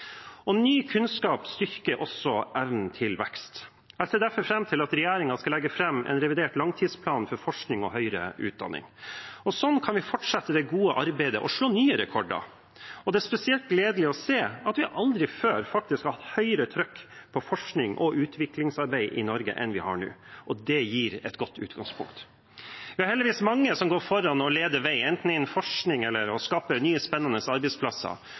framtiden. Ny kunnskap styrker også evnen til vekst. Jeg ser derfor fram til at regjeringen skal legge fram en revidert langtidsplan for forskning og høyere utdanning, og sånn kan vi fortsette det gode arbeidet og sette nye rekorder. Det er spesielt gledelig å se at vi aldri før, faktisk, har hatt høyere trykk på forskning og utviklingsarbeid i Norge enn vi har nå, og det gir et godt utgangspunkt. Det er heldigvis mange som går foran og leder vei, enten innen forskning eller ved å skape nye, spennende arbeidsplasser,